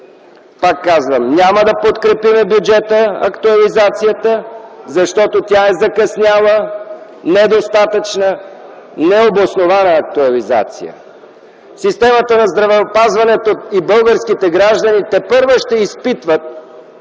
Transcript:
Пак казвам, няма да подкрепим актуализацията на бюджета, защото тя е закъсняла, недостатъчна, необоснована актуализация. Системата на здравеопазването и българските граждани тепърва ще изпитват